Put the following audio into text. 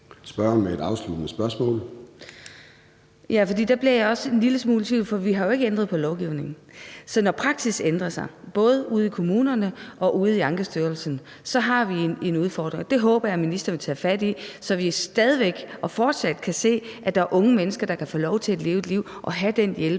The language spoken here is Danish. Charlotte Broman Mølbæk (SF): Ja, der bliver jeg også en lille smule i tvivl, for vi har jo ikke ændret på lovgivningen. Så når praksis ændrer sig, både ude i kommunerne og ude i Ankestyrelsen, så har vi en udfordring. Det håber jeg ministeren vil tage fat i, så vi stadig væk og fortsat kan se, at der er unge mennesker, der kan få lov til at leve et liv og have den hjælper